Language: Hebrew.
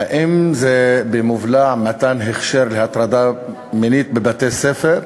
האם זה במובלע מתן הכשר להטרדה מינית בבתי-ספר?